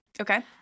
Okay